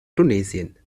tunesien